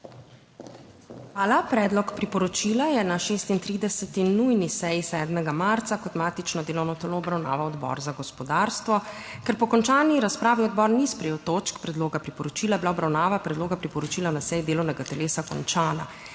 Hvala. Predlog priporočila je na 36. nujni seji 7. marca kot matično delovno telo obravnaval Odbor za gospodarstvo. Ker po končani razpravi odbor ni sprejel točk predloga priporočila je bila obravnava predloga priporočila na seji delovnega telesa končana.